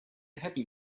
happy